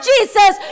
Jesus